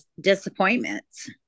disappointments